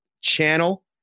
channel